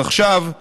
אז עכשיו,